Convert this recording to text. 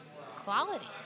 quality